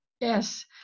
Yes